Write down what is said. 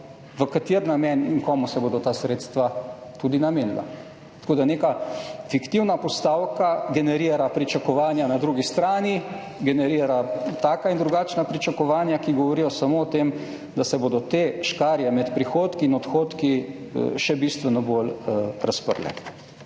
v kateri namen in komu se bodo ta sredstva tudi namenila. Tako da neka fiktivna postavka generira pričakovanja na drugi strani, generira taka in drugačna pričakovanja, ki govorijo samo o tem, da se bodo te škarje med prihodki in odhodki še bistveno bolj razprle.